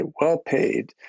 well-paid